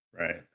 Right